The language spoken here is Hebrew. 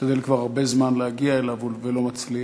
משתדל כבר הרבה זמן להגיע אליו ולא מצליח.